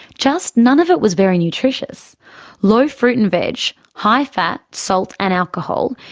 just none of it was very nutritious low fruit and veg, high fat, salt and alcohol,